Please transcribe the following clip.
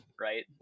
right